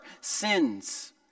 sins